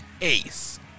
ace